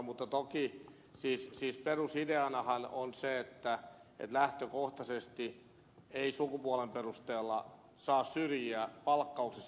mutta toki perusideanahan on se että lähtökohtaisesti ei sukupuolen perusteella saa syrjiä palkkauksessa